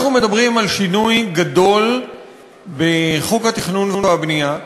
אנחנו מדברים על שינוי גדול בחוק התכנון והבנייה,